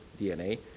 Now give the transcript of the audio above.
DNA